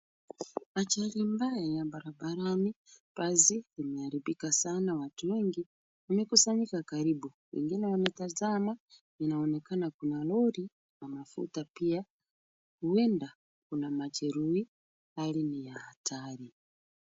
Ajali mbaya ya barabarani basi imeharibika sana, watu wengi wamekusanyika karibu. Wengine wanatazama. Inaonekana kuna lori la mafuta pia huenda kuna majeruhi, ajali ni ya hatari.